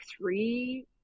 three